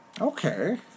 Okay